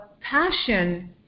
passion